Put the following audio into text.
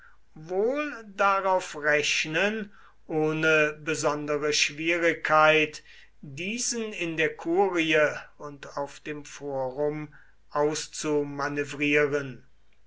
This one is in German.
wohl darauf rechnen ohne besondere schwierigkeit diesen in der kurie und auf dem forum